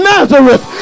Nazareth